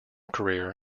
career